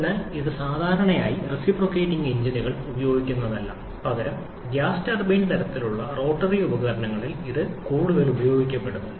എന്നാൽ ഇത് സാധാരണയായി റെസിപ്രോക്കേറ്റിംഗ് എഞ്ചിനുകൾ ഉപയോഗിക്കുന്നില്ല പകരം ഗ്യാസ് ടർബൈൻ തരത്തിലുള്ള റോട്ടറി ഉപകരണങ്ങളിൽ ഇത് കൂടുതൽ ഉപയോഗിക്കുന്നു